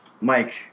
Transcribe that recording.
Mike